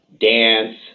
dance